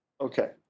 Okay